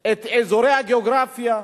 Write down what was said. את האזורים הגיאוגרפיים,